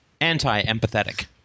anti-empathetic